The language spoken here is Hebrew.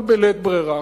אבל בלית ברירה.